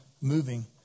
moving